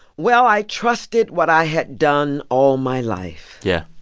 well, i trusted what i had done all my life. yeah.